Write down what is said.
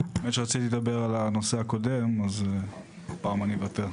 האמת רציתי לדבר על הנושא הקודם אז הפעם אני אוותר,